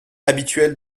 habituels